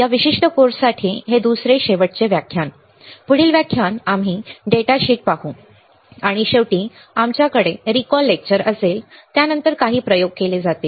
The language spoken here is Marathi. या विशिष्ट कोर्ससाठी हे दुसरे शेवटचे व्याख्यान पुढील व्याख्यान आम्ही डेटा शीट पाहू आणि शेवटी आमच्याकडे रिकॉल लेक्चर असेल त्यानंतर काही प्रयोग केले जातील